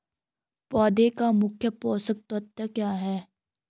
पौधें का मुख्य पोषक तत्व क्या है?